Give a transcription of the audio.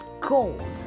gold